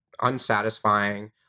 unsatisfying